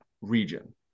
region